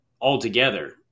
altogether